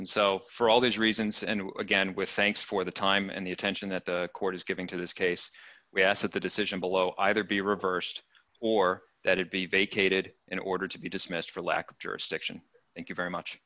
and so for all these reasons and again with thanks for the time and the attention that the court is giving to this case we ask that the decision below either be reversed or that it be vacated in order to be dismissed for lack of jurisdiction thank you very much